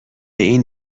این